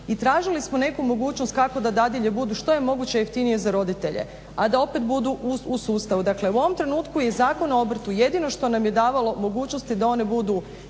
i tražili smo neku mogućnost kako da dadilje budu što je moguće jeftinije za roditelje, a da opet budu u sustavu. Dakle u ovom trenutku je Zakon o obrtu jedino što nam je davalo mogućnosti da one budu